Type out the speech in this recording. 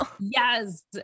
yes